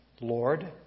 Lord